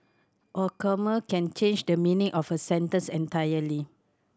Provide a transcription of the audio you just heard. a comma can change the meaning of a sentence entirely